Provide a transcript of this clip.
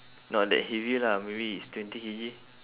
not that heavy lah maybe it's twenty K_G